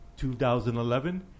2011